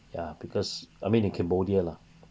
ya because I mean in cambodia lah